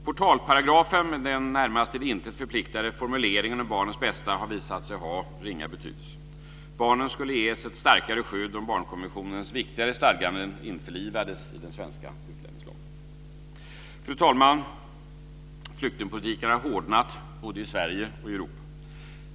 Portalparagrafen med den närmast till intet förpliktande formuleringen om barnens bästa har visat sig ha ringa betydelse. Barnen skulle ges ett starkare skydd om barnkonventionens viktigare stadganden införlivades i den svenska utlänningslagen. Fru talman! Flyktingpolitiken har hårdnat både i Sverige och i Europa.